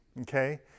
okay